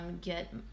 get